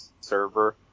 server